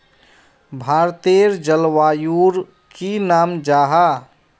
भारतेर जलवायुर की नाम जाहा?